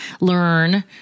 learn